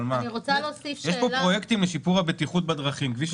יש פה פרויקטים לשיפור הבטיחות בדרכים.